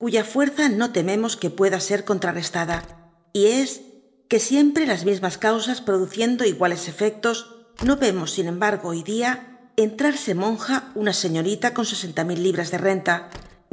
cuya fuerza no tememos que pueda ser contrarrestada y es j que siempre las mismas causas produciendo iguales efectos no vemos sin embargo hoy dia entrarse monja ima señorita con sesenta mil libras de renta